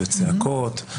ולצעקות,